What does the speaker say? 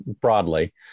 broadly